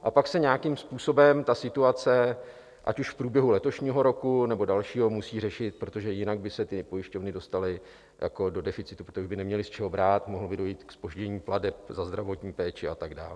A pak se nějakým způsobem ta situace, ať už v průběhu letošního roku, nebo dalšího musí řešit, protože jinak by se ty pojišťovny dostaly do deficitu, neměly by z čeho brát, mohlo by dojít ke zpoždění plateb za zdravotní péči a tak dále.